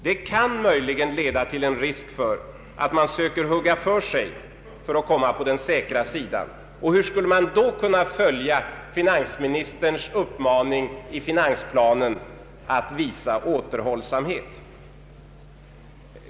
Det kan möjligen leda till en risk för att man söker hugga för sig för att komma på den säkra sidan. Hur skulle man då kunna följa finansministerns uppmaning i finansplanen att visa återhållsamhet?